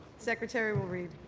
secretary will read.